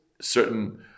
certain